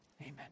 Amen